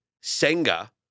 Senga